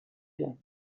year